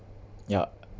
ya